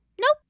nope